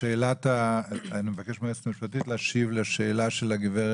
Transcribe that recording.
אבקש מהיועצת המשפטית להשיב לשאלת הגב'